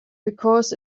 because